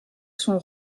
son